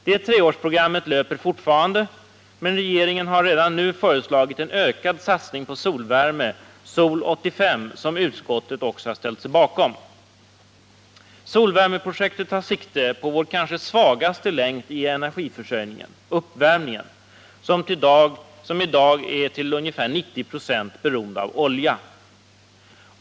Det treårsprogrammet löper fortfarande, men regeringen har redan nu föreslagit en ökad satsning på solvärme, SOL 85, som utskottet också ställt sig bakom. Solvärmeprojektet tar sikte på vår svagaste länk i ener giförsörjningen, uppvärmningen, som i dag till ca 90 96 är beroende av olja.